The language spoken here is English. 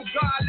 God